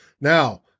Now